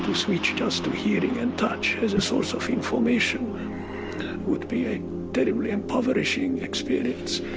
switch just to hearing and touch as a source of information would be a terribly impoverishing experience.